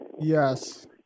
Yes